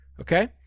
Okay